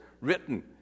written